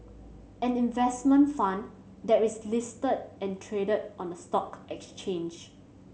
an investment fund that is listed and traded on a stock exchange